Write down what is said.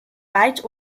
weit